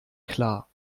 klar